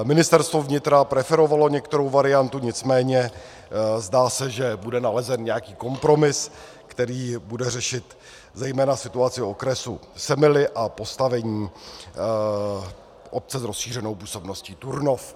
Ministerstvo vnitra preferovalo některou variantu, nicméně se zdá, že bude nalezen nějaký kompromis, který bude řešit zejména situaci okresu Semily a postavení obce s rozšířenou působností Turnov.